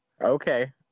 okay